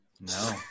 No